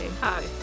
Hi